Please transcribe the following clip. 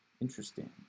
Interesting